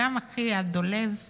אחיה דולב יהוד,